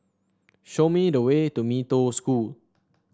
show me the way to Mee Toh School